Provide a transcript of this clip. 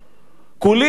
כולי התנצלות,